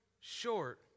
short